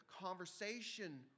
conversation